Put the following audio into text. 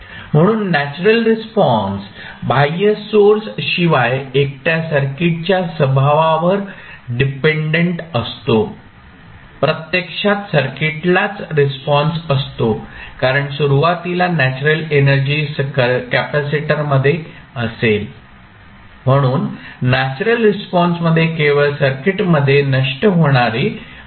म्हणून natural response बाह्य source शिवाय एकट्या सर्किटच्या स्वभावावर डिपेंडंट असतो प्रत्यक्षात सर्किटलाच रिस्पॉन्स असतो कारण सुरुवातीला नॅचरल एनर्जी कपॅसिटरमध्ये असेल म्हणून नॅचरल रिस्पॉन्समध्ये केवळ सर्किटमध्ये नष्ट होणारी अंतर्गत एनर्जी असेल